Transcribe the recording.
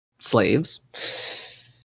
slaves